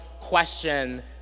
question